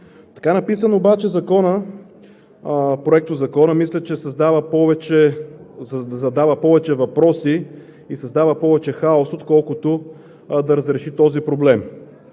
Така написан обаче, Законопроектът, мисля, че задава повече въпроси и създава повече хаос, отколкото да разреши този проблем.